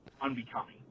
unbecoming